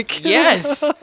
Yes